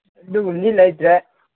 ꯑꯗꯨꯒꯨꯝꯕꯗꯤ ꯂꯩꯇ꯭ꯔꯦ